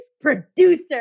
producer